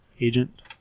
Agent